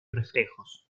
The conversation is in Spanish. reflejos